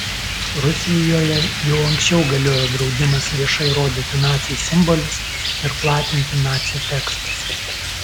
rusijoje jau anksčiau galiojo draudimas viešai rodyti nacių simbolius ir platinti nacių tekstus